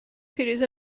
پریز